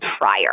prior